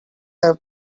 have